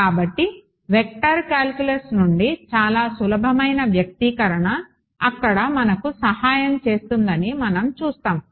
కాబట్టి vector calculus నుండి చాలా సులభమైన వ్యక్తీకరణ అక్కడ మనకు సహాయం చేస్తుందని మనం చూస్తాము